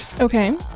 Okay